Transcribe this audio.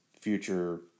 future